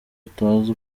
utazi